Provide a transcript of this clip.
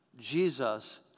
Jesus